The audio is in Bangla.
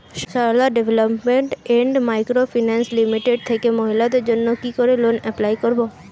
Sarala development and micro finance limited থেকে মহিলাদের জন্য কি করে লোন এপ্লাই করব?